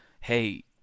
hey